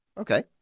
Okay